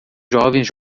jovens